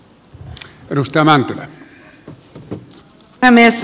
arvoisa puhemies